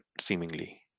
seemingly